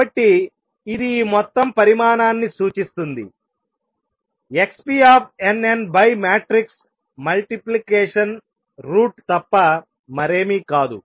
కాబట్టి ఇది ఈ మొత్తం పరిమాణాన్ని సూచిస్తుంది nn by matrix multiplication root తప్ప మరేమీ కాదు